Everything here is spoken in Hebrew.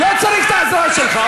לא צריך את העזרה שלך.